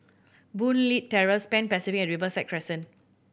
Boon Leat Terrace Pan Pacific and Riverside Crescent